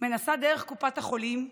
מנסה דרך קופת החולים,